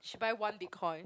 she buy one Bitcoin